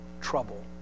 trouble